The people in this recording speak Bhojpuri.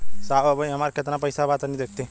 साहब अबहीं हमार कितना पइसा बा तनि देखति?